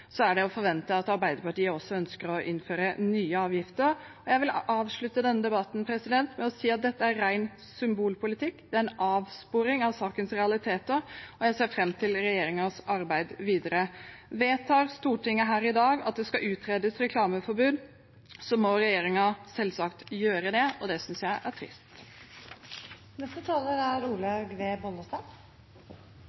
er det å forvente at Arbeiderpartiet også ønsker å innføre nye avgifter. Jeg vil avslutte denne debatten med å si at dette er ren symbolpolitikk. Det er en avsporing av sakens realiteter, og jeg ser fram til regjeringens arbeid videre. Vedtar Stortinget her i dag at det skal utredes reklameforbud, må regjeringen selvsagt gjøre det, og det synes jeg er trist. Det vi snakker om i dag, er